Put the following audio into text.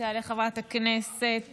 תעלה חברת הכנסת